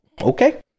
Okay